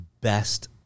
best